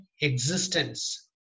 existence